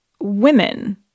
women